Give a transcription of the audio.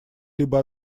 либо